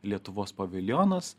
lietuvos paviljonas